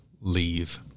leave